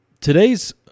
Today's